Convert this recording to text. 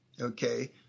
okay